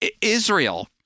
Israel